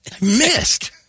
Missed